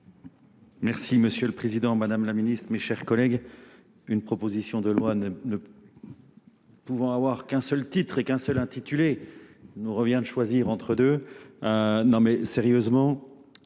Merci Monsieur le Président, Madame la Ministre, mes chers collègues. Une proposition de loi ne pouvant avoir qu'un seul titre et qu'un seul intitulé, nous revient de choisir entre deux. Non mais sérieusement,